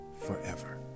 forever